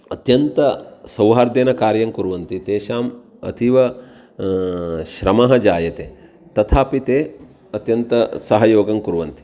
अत्यन्तसौहार्देन कार्यं कुर्वन्ति तेषाम् अतीव श्रमः जायते तथापि ते अत्यन्तसहयोगं कुर्वन्ति